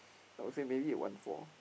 I would say maybe a one four